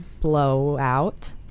blowout